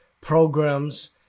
programs